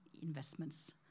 investments